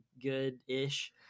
good-ish